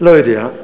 לא יודע,